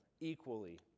equally